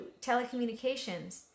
telecommunications